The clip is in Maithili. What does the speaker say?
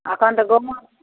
अखन तऽ गहूॅंम